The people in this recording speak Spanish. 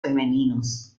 femeninos